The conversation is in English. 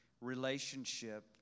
relationship